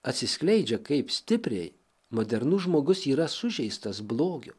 atsiskleidžia kaip stipriai modernus žmogus yra sužeistas blogio